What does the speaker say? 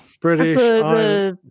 British